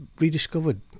rediscovered